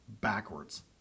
backwards